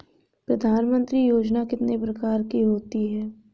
प्रधानमंत्री योजना कितने प्रकार की होती है?